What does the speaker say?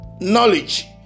knowledge